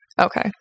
Okay